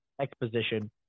exposition